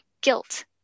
guilt